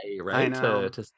right